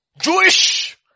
Jewish